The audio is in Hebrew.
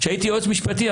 כשהייתי יועץ משפטי,